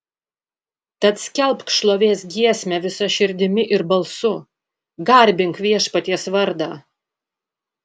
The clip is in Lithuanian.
tad skelbk šlovės giesmę visa širdimi ir balsu garbink viešpaties vardą